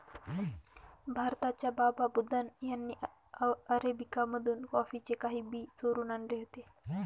भारताच्या बाबा बुदन यांनी अरेबिका मधून कॉफीचे काही बी चोरून आणले होते